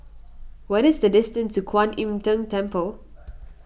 what is the distance to Kuan Im Tng Temple